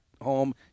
home